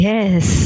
Yes